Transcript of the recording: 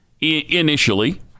initially